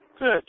Good